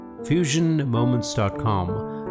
FusionMoments.com